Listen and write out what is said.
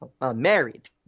married